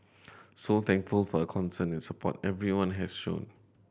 so thankful for concern and support everyone has shown